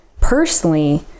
personally